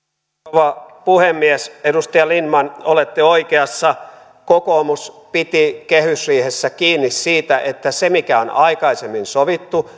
rouva puhemies edustaja lindtman olette oikeassa kokoomus piti kehysriihessä kiinni siitä että siitä mikä on aikaisemmin sovittu